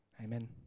Amen